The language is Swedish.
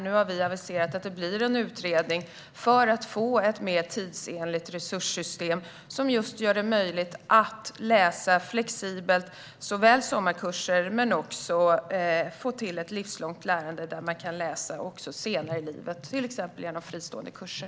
Nu har vi aviserat att det blir en utredning för att få ett mer tidsenligt resurssystem som gör det möjligt att läsa flexibelt. Det gäller såväl sommarkurser som att få till ett livslångt lärande där man kan läsa också senare i livet, till exempel genom fristående kurser.